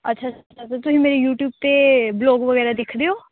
ਅੱਛਾ ਅੱਛਾ ਫਿਰ ਤੁਸੀਂ ਮੇਰੀ ਯੂਟਿਊਬ 'ਤੇ ਵਲੋਗ ਵਗੈਰਾ ਦੇਖਦੇ ਹੋ